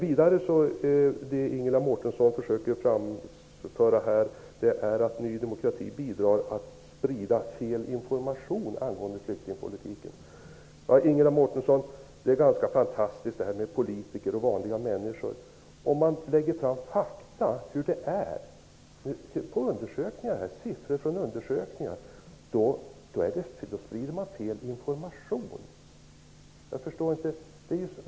Ingela Mårtensson försöker framföra att Ny demokrati bidrar till att sprida fel information angående flyktingpolitiken. Skillnaden mellan politiker och vanliga människor är ganska fantastisk. Om man lägger fram faktum om hur det är -- siffror från undersökningar -- sprider man fel information!